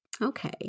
Okay